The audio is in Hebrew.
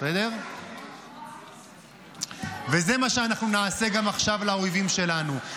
וזה מה שאנחנו נעשה גם עכשיו לאויבים שלנו,